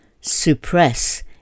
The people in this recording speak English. suppress